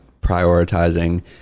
prioritizing